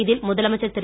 இதில் முதலமைச்சர் திரு